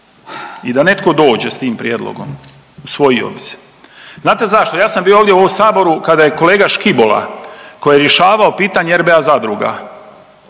i da netko dođe sa tim prijedlogom usvojio bi se. Znate zašto? Ja sam bio ovdje u ovom Saboru kada je kolega Škibola koji je rješavao pitanje RBA zadruga,